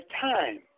time